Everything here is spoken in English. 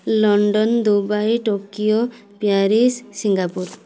London Dubai Tokyo Paris Singapore